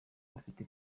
bafite